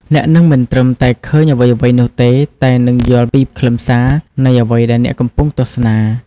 អ្នកនឹងមិនត្រឹមតែឃើញអ្វីៗនោះទេ តែនឹង យល់ពីខ្លឹមសារ នៃអ្វីដែលអ្នកកំពុងទស្សនា។